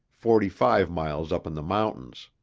forty-five miles up in the mountains.